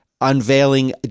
Unveiling